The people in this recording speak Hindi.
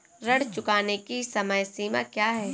ऋण चुकाने की समय सीमा क्या है?